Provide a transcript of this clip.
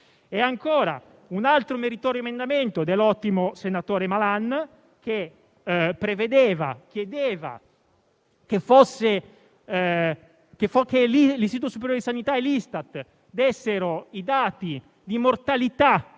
Ancora, un altro meritorio emendamento, dell'ottimo senatore Malan, chiedeva che l'Istituto superiore di sanità e l'Istat dessero i dati di mortalità